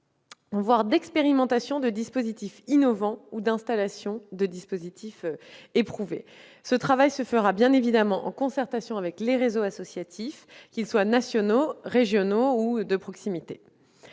voire d'expérimentation de dispositifs innovants ou d'installation de dispositifs éprouvés. Ce travail se fera bien entendu en concertation avec les réseaux associatifs, qu'ils soient nationaux, régionaux ou de proximité.